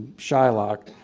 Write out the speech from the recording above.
shylock.